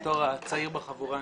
בתור הצעיר בחבורה.